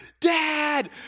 dad